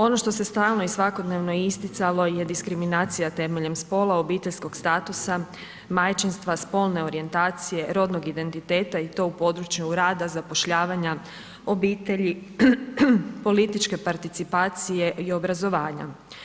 Ono što se stalno i svakodnevno isticalo je diskriminacija temeljem spola, obiteljskog statusa, majčinstva, spolne orijentacije, rodnog identiteta i to u području rada, zapošljavanja, obitelji, političke participacije i obrazovanja.